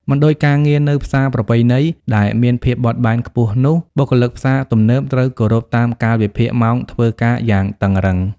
មិនដូចការងារនៅផ្សារប្រពៃណីដែលមានភាពបត់បែនខ្ពស់នោះ បុគ្គលិកផ្សារទំនើបត្រូវគោរពតាមកាលវិភាគម៉ោងធ្វើការយ៉ាងតឹងរ៉ឹង។